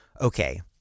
Okay